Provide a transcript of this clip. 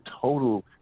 total